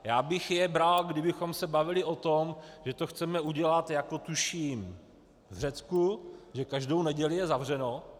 Já bych je bral, kdybychom se bavili o tom, že to chceme udělat jako tuším v Řecku, že každou neděli je zavřeno.